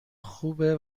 خوبه